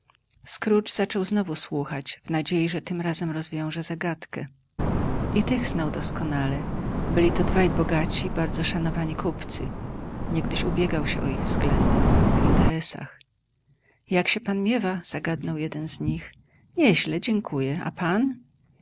scrooge zaczął znowu słuchać w nadziei że tym razem rozwiąże zagadkę i tych znał doskonale byli to dwaj bogaci bardzo szanowani kupcy niegdyś ubiegał się o ich względy w interesach jak się pan miewa zagadnął z nich jeden nieźle dziękuję a pan